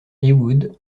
heywood